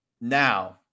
now